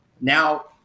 now